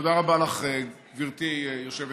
תודה רבה לך, גברתי היושבת-ראש.